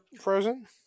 Frozen